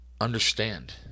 Understand